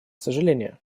сожаление